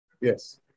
Yes